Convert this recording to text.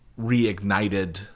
reignited